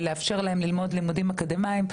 ולאפשר להם ללמוד לימודים אקדמאים.